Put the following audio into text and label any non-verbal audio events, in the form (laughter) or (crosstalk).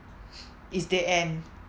(breath) is that end